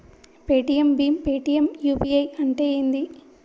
Paytm భీమ్ Paytm UPI అంటే ఏంది?